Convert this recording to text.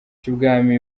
cy’ubwami